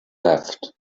left